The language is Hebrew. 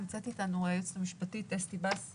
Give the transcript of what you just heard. נמצאת אתנו היועצת המשפטית של משרד הבריאות אסתי בס,